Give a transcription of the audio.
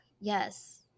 Yes